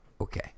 Okay